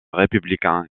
républicain